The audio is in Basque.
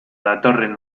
datorren